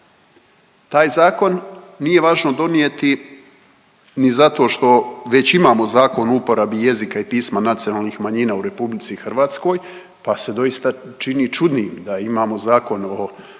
Taj zakon nije važno donijeti ni zato što već imamo Zakon o uporabi jezika i pisma nacionalnih manjina u RH pa se doista čini čudnim da imamo Zakon o uporabi